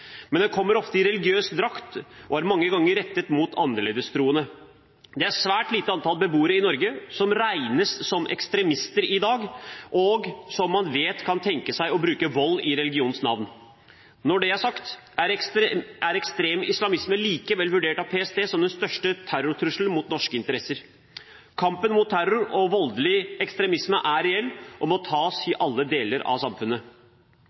Men den kommer ofte i religiøs drakt og er mange ganger rettet mot annerledestroende. Det er et svært lite antall beboere i Norge som regnes som ekstremister i dag, og som man vet kan tenke seg å bruke vold i religionens navn. Når det er sagt, er ekstrem islamisme likevel vurdert av PST som den største terrortrusselen mot norske interesser. Kampen mot terror og voldelig ekstremisme er reell, og må tas i alle deler av samfunnet.